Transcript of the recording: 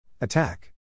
Attack